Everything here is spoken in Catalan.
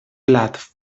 plat